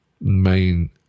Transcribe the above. main